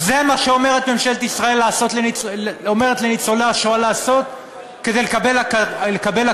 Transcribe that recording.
זה מה שאומרת ממשלת ישראל לניצולי השואה לעשות כדי לקבל הכרה?